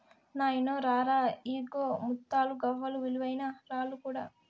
నాయినో రా రా, ఇయ్యిగో ముత్తాలు, గవ్వలు, విలువైన రాళ్ళు కూడా